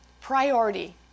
priority